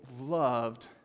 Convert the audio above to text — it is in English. loved